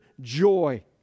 joy